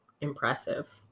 Impressive